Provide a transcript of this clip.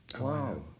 Wow